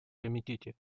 комитете